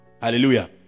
Hallelujah